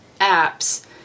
apps